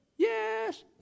yes